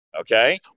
okay